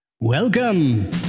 Welcome